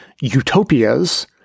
utopias